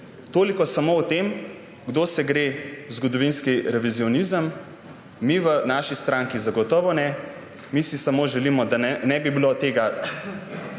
Toliko samo o tem, kdo se gre zgodovinski revizionizem. Mi v naši stranki zagotovo ne. Mi si samo želimo, da ne bi bilo več